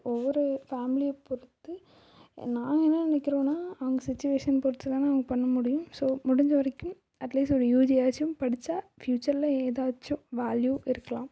ஒவ்வொரு ஃபேமிலியை பொறுத்து நாங்கள் என்ன நினைக்குறோன்னா அவங்க சிச்சுவேசன் பொறுத்து தானே அவங்க பண்ண முடியும் ஸோ முடிஞ்ச வரைக்கும் அட்லீஸ்ட் ஒரு யுஜியாச்சும் படித்தா பியூச்சரில் ஏதாச்சும் வேல்யூ இருக்கலாம்